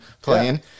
playing